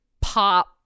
pop